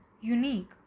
unique